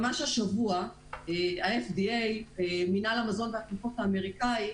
ממש השבוע קיבל מינהל המזון והתרופות האמריקאי,